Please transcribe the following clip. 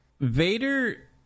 Vader